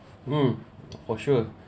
mm for sure